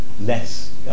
less